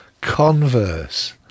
converse